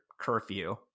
curfew